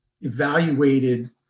evaluated